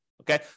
Okay